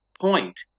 point